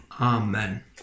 Amen